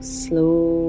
slow